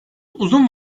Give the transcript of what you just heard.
uzun